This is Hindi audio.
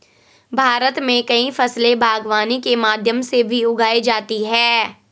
भारत मे कई फसले बागवानी के माध्यम से भी उगाई जाती है